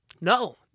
No